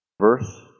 verse